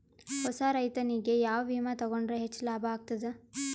ಹೊಸಾ ರೈತನಿಗೆ ಯಾವ ವಿಮಾ ತೊಗೊಂಡರ ಹೆಚ್ಚು ಲಾಭ ಆಗತದ?